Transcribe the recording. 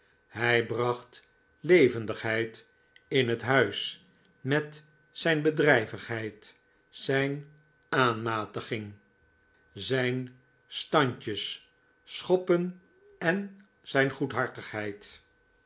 hij bracht levendigheid in het huis met zijn bedrijvigheid zijn aanmatiging zijn standjes schoppen en zijn